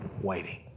Waiting